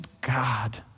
God